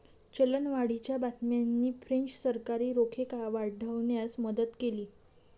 चलनवाढीच्या बातम्यांनी फ्रेंच सरकारी रोखे वाढवण्यास मदत केली